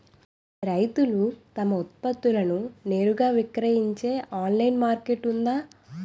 రైతులు తమ ఉత్పత్తులను నేరుగా విక్రయించే ఆన్లైన్ మార్కెట్ ఉందా?